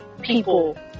people